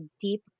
deep